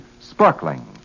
sparkling